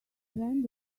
friend